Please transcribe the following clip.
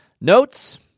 notes